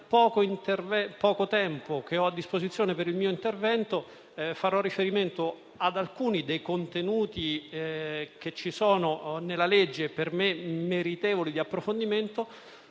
poco tempo che ho a disposizione per il mio intervento farò riferimento ad alcuni contenuti presenti nella legge, per me meritevoli di approfondimento,